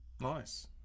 nice